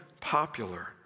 popular